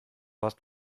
hast